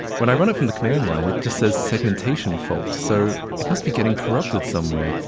when i run it from the command line, it just says segmentation fault, so it must be getting corrupted somewhere.